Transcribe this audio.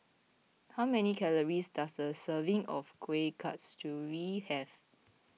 how many Calories does a serving of Kueh Kasturi have